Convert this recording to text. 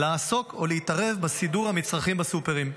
לעסוק או להתערב בסידור המצרכים בסופרים.